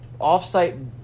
Offsite